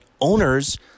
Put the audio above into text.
owners